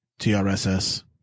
TRSS